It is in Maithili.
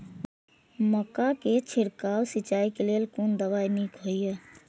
मक्का के छिड़काव सिंचाई के लेल कोन दवाई नीक होय इय?